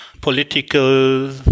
political